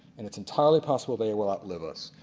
and it's entirely possible they will out live us.